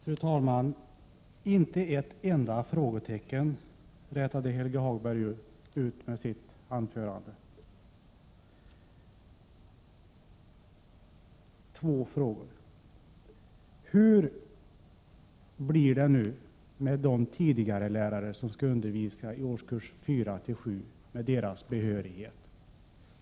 Fru talman! Inte ett enda frågetecken rätade Helge Hagberg ut med sitt anförande. Jag vill ställa två frågor. För det första: Hur blir det nu med behörigheten för de tidigarelärare som skall undervisa i årskurserna 4-7?